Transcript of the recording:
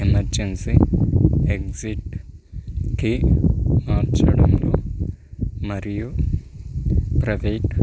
emergency ఎగ్జిట్కి మార్చడంలో మరియు ప్రైవేట్